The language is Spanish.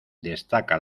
destaca